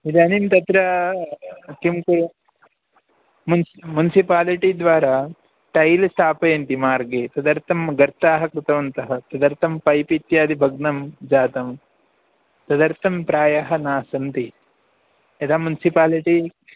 इदानीं तत्र किं कुर्वन् मुन्स् मुन्सिपालिटिद्वारा टैल् स्थापयन्ति मार्गे तदर्थं गर्ताः कृतवन्तः तदर्थं पैप् इत्यादि भग्नं जातं तदर्थं प्रायः नास्सन्ति यदा मुन्सिपालिटि